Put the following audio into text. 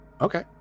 Okay